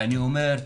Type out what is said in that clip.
ואני אומר,